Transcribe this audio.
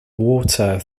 water